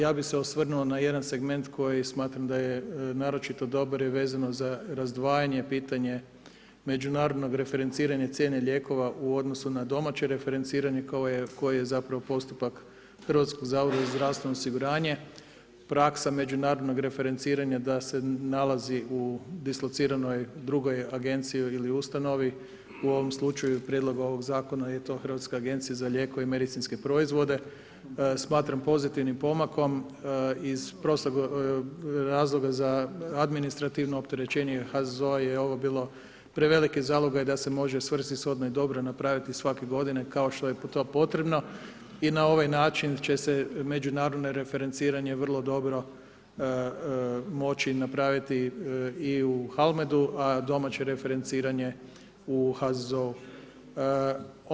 Ja bi se osvrnuo na jedan segment koji smatram da je naročito dobar je vezano za razdvajanje pitanje međunarodno referenciranje cijene lijekova u odnosu na domaće referenciranje koje je zapravo postupak HZZO praksa međunarodnog referenciranja da se nalazi u dislociranoj drugoj agenciji ili ustanovi u ovom slučaju prijedlog ovog zakona je to Hrvatska agencija za lijekove i medicinske proizvode smatram pozitivnim pomakom iz prostog razloga za administrativno opterećenje HZZO-a je ovo bilo preveliki zalogaj da se može svrsishodno i dobro napraviti svake godine kao što je to potrebno i na ovaj način će se međunarodno referenciranje vrlo dobro moći napraviti i u HALMED-u a domaće referenciranje u HZZO-u.